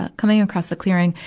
ah coming across the clearing.